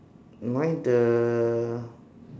my the